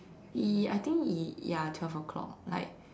y~ I think ya twelve o-clock like